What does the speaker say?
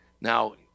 Now